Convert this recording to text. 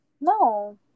No